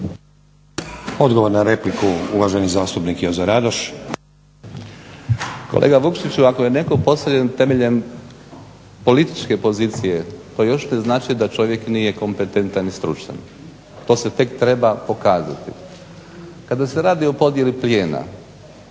Odgovor na repliku uvaženi zastupnik Jozo Radoš. **Radoš, Jozo (HNS)** Kolega Vukšiću ako je netko postavljen temeljem političke pozicije to još ne znači da čovjek nije kompetentan i stručan. To se tek treba pokazati. Kada se radi o podjeli plijena